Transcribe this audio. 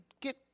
get